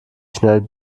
schnell